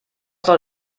soll